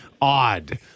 odd